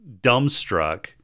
dumbstruck